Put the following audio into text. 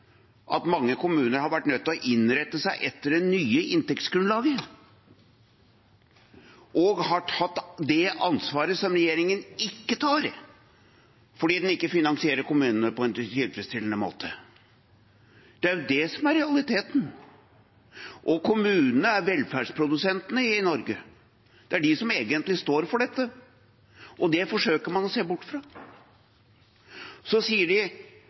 at mange kommuner har vært nødt til å innrette seg etter det nye inntektsgrunnlaget og har tatt det ansvaret som regjeringen ikke tar, fordi den ikke finansierer kommunene på en tilfredsstillende måte. Det er det som er realiteten. Kommunene er velferdsprodusentene i Norge. Det er de som egentlig står for dette, og det forsøker man å se bort fra. Så sier